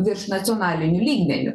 virš nacionaliniu lygmeniu